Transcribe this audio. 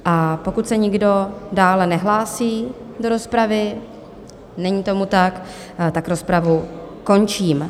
A pokud se nikdo dále nehlásí do rozpravy není tomu tak tak rozpravu končím.